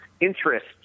interest